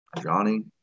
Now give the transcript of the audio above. Johnny